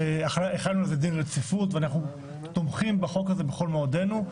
החלנו על זה דין רציפות ואנחנו תומכים בחוק הזה בכל מאודנו.